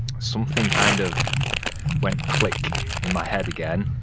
something kind of went click in my head again.